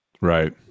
Right